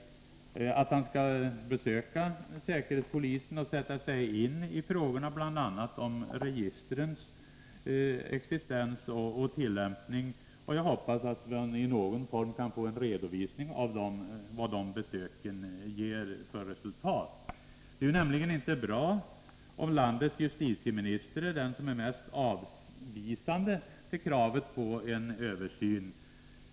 Han sade att han ämnar besöka säkerhetspolisen och sätta sig in i frågorna, bl.a. beträffande registrens existens och tillämpning. Jag hoppas att vi i någon form kan få en redovisning av resultatet av besöken. Det är ju inte bra om landets justitieminister är den som är mest avvisande när det gäller kravet på en översyn.